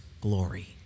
glory